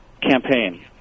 campaign